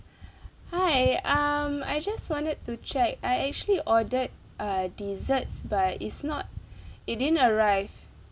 hi um I just wanted to check I actually ordered uh desserts but it's not it didn't arrive